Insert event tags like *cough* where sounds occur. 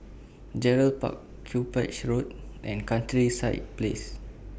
Gerald Park *unintelligible* Road and Countryside Place